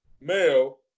Male